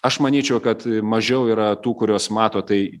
aš manyčiau kad mažiau yra tų kurios mato tai